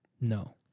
No